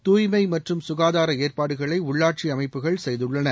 தூய்மை மற்றும் சுகாதார ஏற்பாடுகளை உள்ளாட்சி அமைப்புகள் செய்துள்ளன